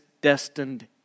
destined